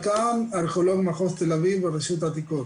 ארכיאולוג מחוז תל אביב ברשות העתיקות.